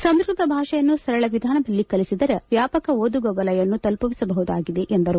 ಸಂಸ್ಕತ ಭಾಷೆಯನ್ನು ಸರಳ ವಿಧಾನದಲ್ಲಿ ಕಲಿಸಿದರೆ ವ್ಯಾಪಕ ಓದುಗ ವಲಯವನ್ನು ತಲುಪಿಸಬಹುದಾಗಿದೆ ಎಂದರು